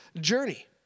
journey